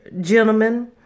gentlemen